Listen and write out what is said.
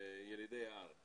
לילידי הארץ